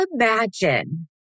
imagine